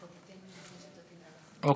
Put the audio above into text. תודה,